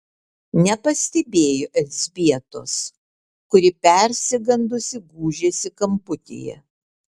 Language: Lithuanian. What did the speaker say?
nepastebėjo elzbietos kuri persigandusi gūžėsi kamputyje